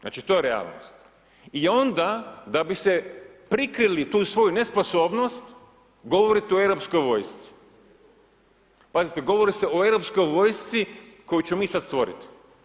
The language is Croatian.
Znači to je realnost i onda da bi se prikrili tu svoju nesposobnost govorite o europskoj vojsci, pazite govori se o europskoj vojski koju ćemo mi sad stvoriti.